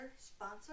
sponsor